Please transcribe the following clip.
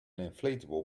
inflatable